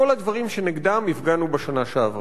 כל הדברים שנגדם הפגנו בשנה שעברה.